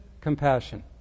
compassion